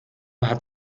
hat